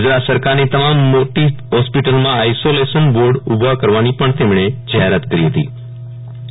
ગુજરાત સરકાર ની તમામ મોટી હોસ્પિટલ માં આઇસોલેશન વોર્ડ ઊભા કરવાની પણ તેમણે જાહેરાત કરી હતી વિરલ રાણા કેવડીયા એસ